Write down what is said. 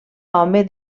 home